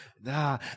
nah